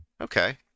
Okay